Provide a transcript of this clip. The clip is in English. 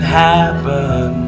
happen